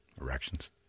Erections